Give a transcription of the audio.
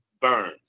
burn